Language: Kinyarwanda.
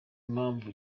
impamvu